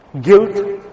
guilt